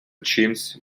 чимсь